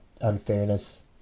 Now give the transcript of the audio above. unfairness